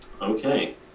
Okay